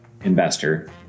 investor